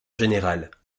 général